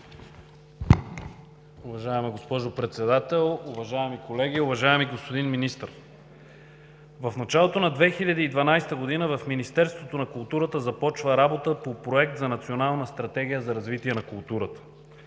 Уважаема госпожо Председател, уважаеми колеги, уважаеми господин Министър! В началото на 2012 г. в Министерството на културата започва работа по проект за Национална стратегия за развитие на културата.